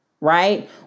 right